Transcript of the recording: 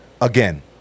Again